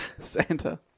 Santa